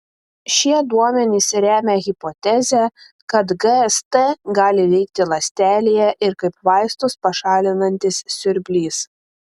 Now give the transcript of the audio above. šie duomenys remia hipotezę kad gst gali veikti ląstelėje ir kaip vaistus pašalinantis siurblys